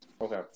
Okay